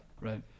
Right